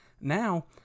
Now